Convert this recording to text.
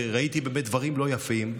וראיתי באמת דברים לא יפים,